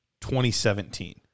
2017